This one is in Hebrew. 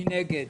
מי נגד?